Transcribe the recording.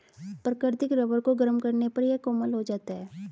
प्राकृतिक रबर को गरम करने पर यह कोमल हो जाता है